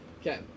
Okay